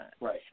Right